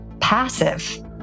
passive